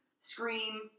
Scream